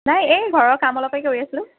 নাই এই ঘৰৰ কাম অলপেই কৰি আছিলোঁ